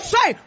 Say